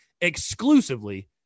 exclusively